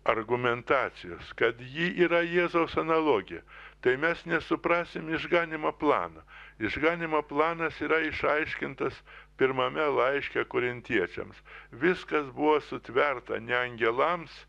argumentacijos kad ji yra jėzaus analogija tai mes nesuprasim išganymo planą išganymo planas yra išaiškintas pirmame laiške korintiečiams viskas buvo sutverta ne angelams